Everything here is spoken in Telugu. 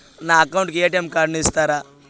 నా అకౌంట్ కు ఎ.టి.ఎం కార్డును ఇస్తారా